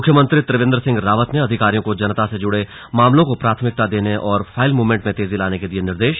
मुख्यमंत्री त्रिवेंद्र सिंह रावत ने अधिकारियों को जनता से जुड़े मामलों को प्राथमिकता देने और फाइल मूवमेंट में तेजी लाने के दिये निर्देश